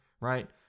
right